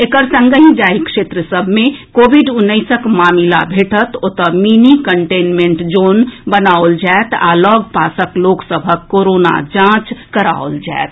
एकर संगहि जाहि क्षेत्र सभमे कोविड उन्नैसक मामिला भेटत ओतऽ मिनी कंटेनमेंट जोन बनाओल जाएत आ लऽग पासक लोक सभक कोरोना जांच कराओल जाएत